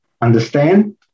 understand